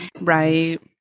Right